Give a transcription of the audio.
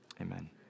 Amen